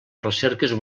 recerques